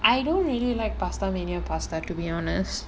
I don't really like Pastamania pasta to be honest